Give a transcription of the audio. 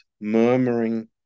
murmuring